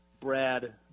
Brad